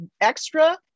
extra